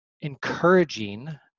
Encouraging